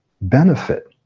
benefit